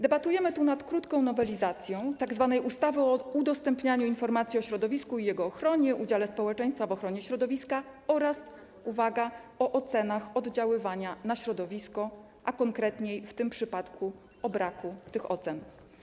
Debatujemy nad krótką nowelizacją tzw. ustawy o udostępnianiu informacji o środowisku i jego ochronie, udziale społeczeństwa w ochronie środowiska oraz - uwaga - o ocenach oddziaływania na środowisko, a konkretniej w tym przypadku o braku tych ocen.